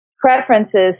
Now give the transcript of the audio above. preferences